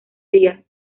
díaz